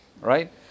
right